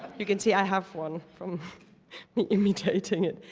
you can see i have one from me imitating it.